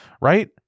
right